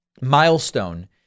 milestone